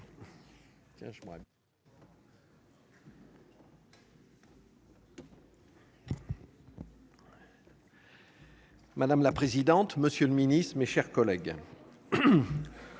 Madame la présidente, monsieur le ministre, mes chers collègues,